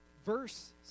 Verse